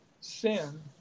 sin